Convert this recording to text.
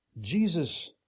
Jesus